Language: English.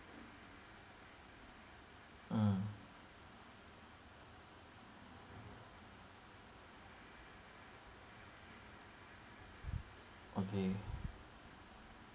mm okay